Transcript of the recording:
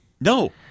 No